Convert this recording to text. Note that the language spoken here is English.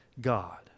God